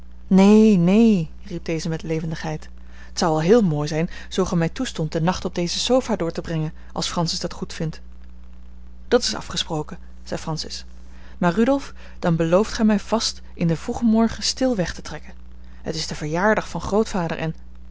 neen neen riep deze met levendigheid t zou al heel mooi zijn zoo gij mij toestond den nacht op deze sofa door te brengen als francis dat goedvindt dat is afgesproken zei francis maar rudolf dan belooft gij mij vast in den vroegen morgen stil weg te trekken het is de verjaardag van grootvader en